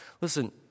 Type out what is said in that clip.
Listen